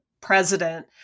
president